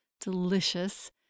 delicious